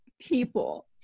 people